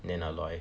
then ah loi